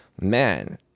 man